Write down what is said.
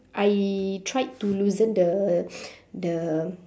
I tried to loosen the the